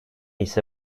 ise